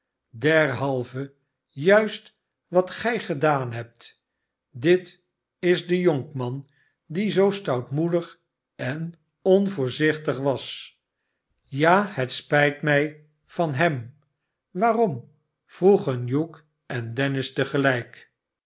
derhalve juist wat gij gedaan hebt dit is de jonkman die zoo stoutmoedig en onvoorzichtig was ja het spijt mij van hem swaarom vroegen hugh en dennis